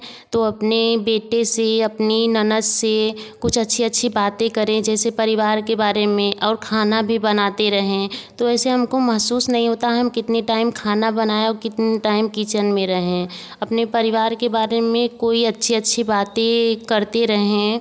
तो अपने बेटे से अपनी ननद से कुछ अच्छी अच्छी बातें करें जैसे परिवार के बारे में और खाना भी बनाते रहें तो ऐसे हमको महसूस नहीं होता है हम कितने टाइम खाना बनाए और कितने टाइम किचन में रहें अपने परिवार के बारे मे कोई अच्छी अच्छी बातें करते रहें